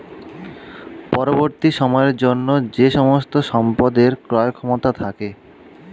পরবর্তী সময়ের জন্য যে সমস্ত সম্পদের ক্রয় ক্ষমতা থাকে